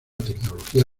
tecnología